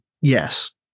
yes